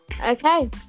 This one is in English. Okay